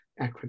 acronym